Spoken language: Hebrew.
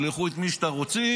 תשלחו את מי שאתם רוצים,